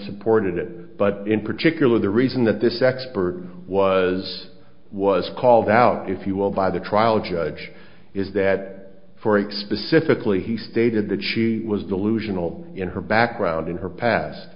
supported it but in particular the reason that this expert was was called out if you will by the trial judge is that for explicitly he stated that she was delusional in her background in her past